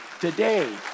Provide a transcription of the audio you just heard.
today